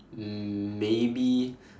um maybe